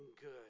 good